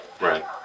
Right